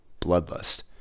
bloodlust